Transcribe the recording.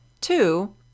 Two